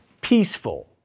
peaceful